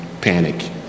panic